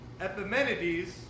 Epimenides